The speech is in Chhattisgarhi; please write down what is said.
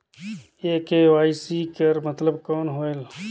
ये के.वाई.सी कर मतलब कौन होएल?